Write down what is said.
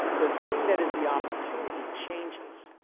the thing that is the opportunity changes.